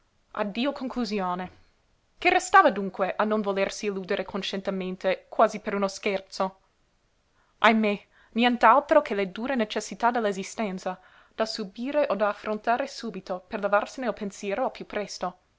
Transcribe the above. addio conclusione che restava dunque a non volersi illudere coscientemente quasi per uno scherzo ahimè nient'altro che le dure necessità dell'esistenza da subire o da affrontare subito per levarsene il pensiero al piú presto